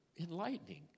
enlightening